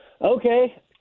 Okay